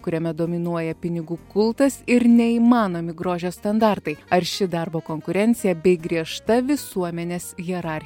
kuriame dominuoja pinigų kultas ir neįmanomi grožio standartai arši darbo konkurencija bei griežta visuomenės hierarchija